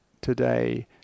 today